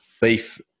beef